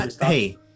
hey